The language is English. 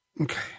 Okay